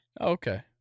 Okay